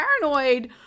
paranoid